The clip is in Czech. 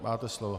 Máte slovo.